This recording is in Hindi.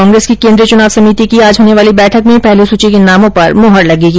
पार्टी की केंद्रीय चुनाव समिति की आज होने वाली बैठक में पहली सूची के नामों पर मुहर लगेगी